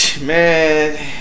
Man